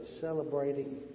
celebrating